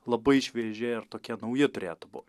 labai švieži ir tokie nauji turėtų būt